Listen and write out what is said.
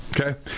Okay